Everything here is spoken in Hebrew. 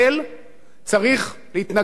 צריך להתנגד לחוק הזה.